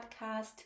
podcast